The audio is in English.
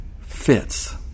fits